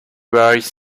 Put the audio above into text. boys